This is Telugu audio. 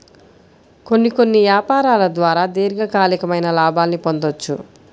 కొన్ని కొన్ని యాపారాల ద్వారా దీర్ఘకాలికమైన లాభాల్ని పొందొచ్చు